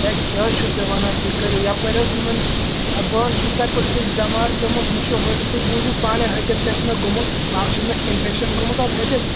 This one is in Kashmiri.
ہے کیٛاہ حظ چھِو تُہۍ وَنان تُہۍ کٔرِو یَپٲرۍ حظ یِمَن ہَے بہٕ حظ چھُس تَتہِ پٮ۪ٹھ اوسُس بیٚمار پٮ۪ومُت مےٚ چھُ ہٹ تہِ تُہۍ بوٗزِو پانے ہٹِس کیٛاہ چھُ مےٚ گوٚمُت اکھ چھُ مےٚ اِنفیٚفکشَن گوٚمُت حظ ہٹِس